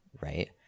right